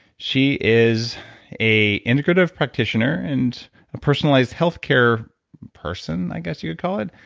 she is a integrative practitioner and a personalized health care person, i guess you could call it.